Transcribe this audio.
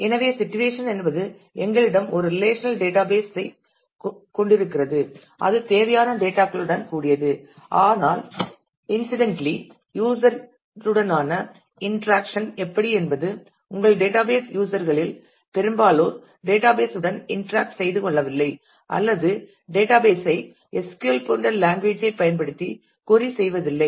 எனவே சிட்டுவேஷன் என்பது எங்களிடம் ஒரு ரிலேஷனல் டேட்டாபேஸ் டிசைன் ஐ கொண்டிருக்கிறது அது தேவையான டேட்டா களுடன் கூடியது ஆனால் இன்ஸிடென்டலி யூஸர் ருடனான இன்டராக்சன் எப்படி என்பது உங்கள் டேட்டாபேஸ் யூஸர் ர்களில் பெரும்பாலோர் டேட்டாபேஸ் உடன் இன்டராக்ட் செய்து கொள்ளவில்லை அல்லது டேட்டாபேஸ் ஐ SQL போன்ற லாங்குவேஜ் ஐ பயன்படுத்தி கொறி செய்வதில்லை